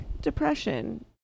Depression